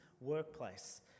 workplace